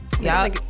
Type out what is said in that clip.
Y'all